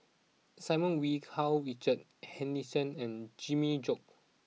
Simon Wee Karl Richard Hanitsch and Jimmy Chok